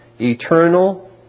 eternal